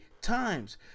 times